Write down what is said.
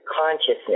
consciousness